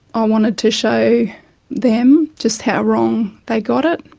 i wanted to show them just how wrong they got it.